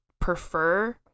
prefer